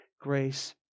grace